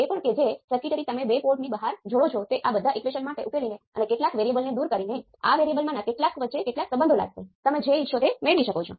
તેથી તમે control source ધરાવતા સર્કિટના કિસ્સામાં સામાન્ય નિવેદન આપી શકતા નથી